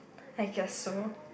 I guess so